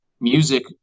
music